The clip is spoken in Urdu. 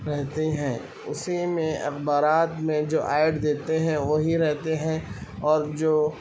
رہتی ہے اسی میں اخبارات میں جو ایڈ دیتے ہیں وہی رہتے ہیں اور جو